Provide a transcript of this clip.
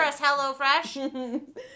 HelloFresh